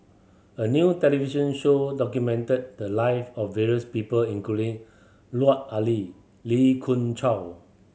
a new television show documented the live of various people including Lut Ali Lee Khoon Choy